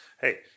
hey